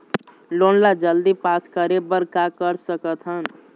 Loan ला जल्दी pass करे बर का कर सकथन?